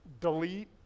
delete